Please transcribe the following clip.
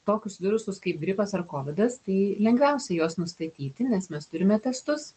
tokius virusus kaip gripas ar kovidas tai lengviausia juos nustatyti nes mes turime testus